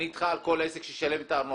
אני איתך על כל עסק שישלם את הארנונה.